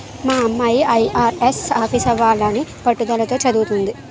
మా అమ్మాయి ఐ.ఆర్.ఎస్ ఆఫీసరవ్వాలని పట్టుదలగా చదవతంది